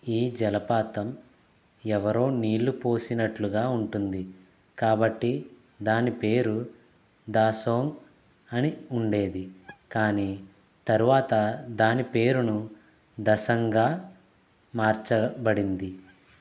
ఈ జలపాతం ఎవరో నీళ్ళు పోసినట్లుగా ఉంటుంది కాబట్టి దాని పేరు దాసోంగ్ అని ఉండేది కానీ తరువాత దాని పేరును దశంగా మార్చబడింది